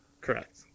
Correct